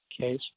case